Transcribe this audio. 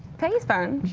peggy's fun.